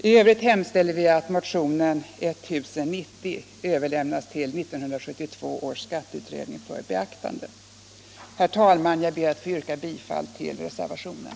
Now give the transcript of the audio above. I övrigt hemställer vi att motionen 1090 överlämnas till 1972 års skatteutredning för beaktande. Herr talman! Jag ber att få yrka bifall till reservationen.